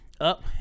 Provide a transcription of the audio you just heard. Up